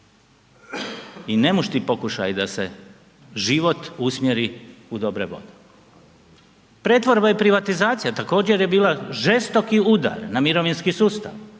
i nemušti pokušaju da se život usmjeri u dobre vode. Pretvorba i privatizacija također je bila žestoki udar na mirovinski sustav.